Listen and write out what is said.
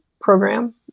program